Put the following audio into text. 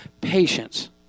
patience